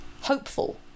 hopeful